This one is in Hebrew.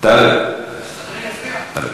תקשיב טוב, אין כיבוש.